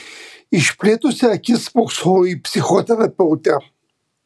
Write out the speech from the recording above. išplėtusi akis spoksojau į psichoterapeutę